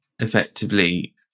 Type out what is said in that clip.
effectively